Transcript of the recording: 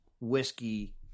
whiskey